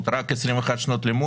גם אם זה 13 גרם,